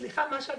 סליחה, מה השאלה?